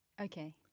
okay